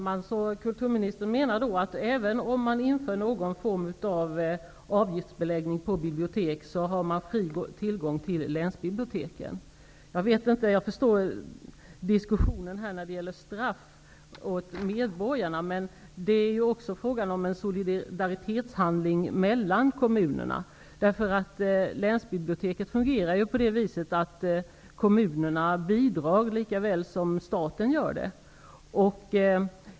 Herr talman! Kulturministern menar alltså att man har fri tillgång till länsbiblioteken även om man inför någon form av avgiftsbeläggning på bibliotek? Jag vet inte om jag förstår diskussionen när det gäller straff för medborgarna. Det är ju också fråga om en handling av solidaritet mellan kommunerna. Länsbiblioteket fungerar ju på det viset att kommunerna bidrar lika väl som staten.